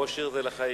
ראש עיר זה לחיים.